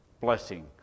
blessing